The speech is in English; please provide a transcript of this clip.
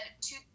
two